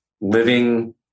living